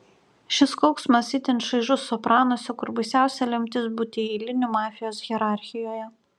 šis kauksmas itin šaižus sopranuose kur baisiausia lemtis būti eiliniu mafijos hierarchijoje